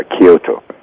Kyoto